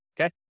Okay